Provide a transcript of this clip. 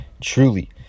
Truly